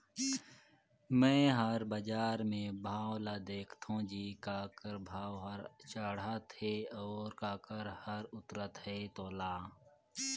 मे हर बाजार मे भाव ल देखथों जी काखर भाव हर चड़हत हे अउ काखर हर उतरत हे तोला